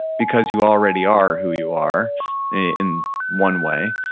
because you already are who you are in one way,